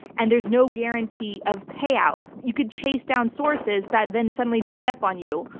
and there's no guarantee of payout. you could chase down sources that then suddenly dry up on you,